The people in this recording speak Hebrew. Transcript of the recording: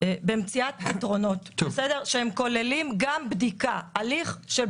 במציאת פתרונות שכוללים גם בדיקה הליך של בדיקה.